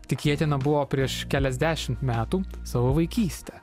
tikėtina buvo prieš keliasdešimt metų savo vaikystę